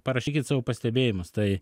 parašykit savo pastebėjimus tai